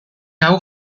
hau